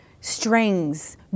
strings